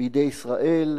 בידי ישראל,